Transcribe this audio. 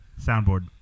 Soundboard